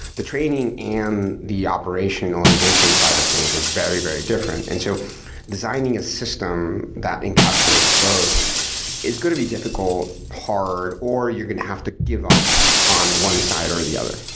the training and the operationalization side of things are very, very different. and so designing a system that encapsulates both is going to be difficult, hard, or you're going to have to give up on one side or the other,